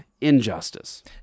injustice